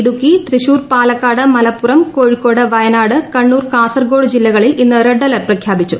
ഇടുക്കി തൃശ്ശൂർ പാലക്കാട് മലപ്പുറം കോഴിക്കോട് വയനാട് കണ്ണൂർ കാസർഗോഡ് ജില്ലകളിൽ ഇന്ന് red alert പ്രഖ്യാപിച്ചു